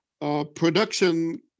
production